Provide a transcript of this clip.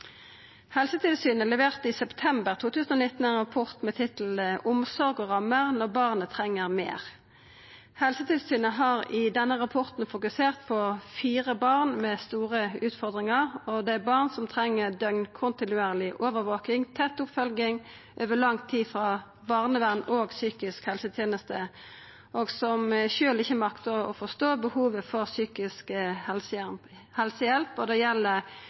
Helsetilsynet leverte i september 2019 ein rapport med tittelen «Når barn trenger mer. Omsorg og rammer.». Helsetilsynet har i denne rapporten fokusert på fire barn med store utfordringar. Det er barn som treng døgnkontinuerleg overvaking og tett oppfølging over lang tid frå barnevern og psykisk helseteneste, og som sjølve ikkje maktar å forstå behovet for psykisk helsehjelp. Det gjeld